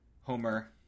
Homer